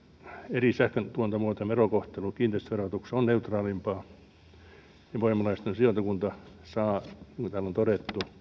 eri sähköntuotantomuotojen verokohtelu kiinteistöverotuksessa on neutraalimpaa ja voimalaitosten sijaintikunta saa niin kuin täällä on todettu